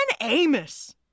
Amos